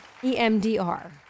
EMDR